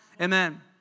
Amen